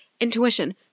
intuition